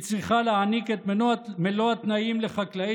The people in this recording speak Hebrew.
היא צריכה להעניק את מלוא התנאים לחקלאי